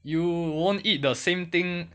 you won't eat the same thing